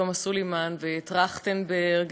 תומא סלימאן וטרכטנברג,